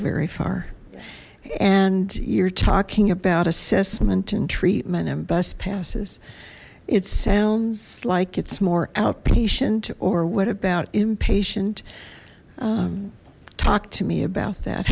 very far and you're talking about assessment and treatment and bus passes it's sounds like it's more outpatient or what about impatient talk to me about that